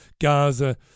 Gaza